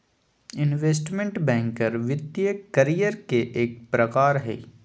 investment banker वित्तीय career के एक प्रकार हय